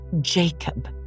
Jacob